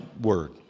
word